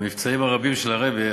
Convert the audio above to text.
במבצעים הרבים של הרבי,